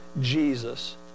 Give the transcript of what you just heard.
Jesus